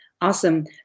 Awesome